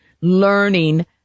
learning